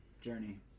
journey